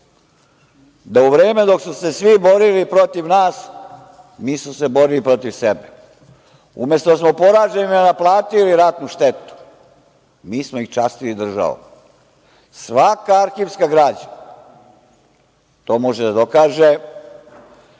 da u vreme dok su se svi borili protiv nas, mi smo se borili protiv sebe. Umesto da smo poraženima naplatili ratnu štetu, mi smo ih častili državom. Svaka arhivska građa to može da dokaže